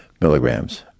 milligrams